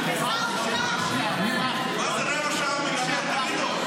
מה זה, רבע שעה הוא מדבר, תגיד לו.